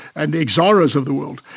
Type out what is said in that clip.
and the exxaros of the world,